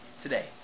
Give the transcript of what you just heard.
today